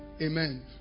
Amen